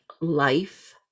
life